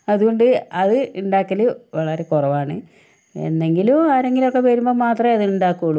അതുകൊണ്ട് അത് ഉണ്ടാക്കാല് വളരെ കുറവാണ് എന്നെങ്കിലും ആരെങ്കിലും ഒക്കെ വരുമ്പോള് മാത്രമേ അത് ഉണ്ടാക്കുകയുള്ളൂ